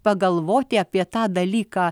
pagalvoti apie tą dalyką